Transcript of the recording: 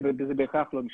זה באמת לא משנה.